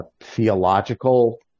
theological